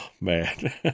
man